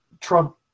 Trump